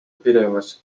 pidevas